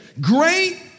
Great